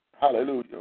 Hallelujah